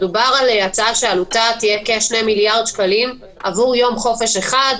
מדובר על הצעה שעלותה תהיה כ-2 מיליארד שקלים עבור יום חופש אחד.